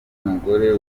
n’umugore